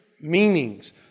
meanings